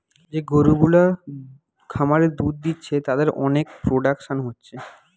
যে গরু গুলা খামারে দুধ দিচ্ছে তাদের অনেক প্রোডাকশন হচ্ছে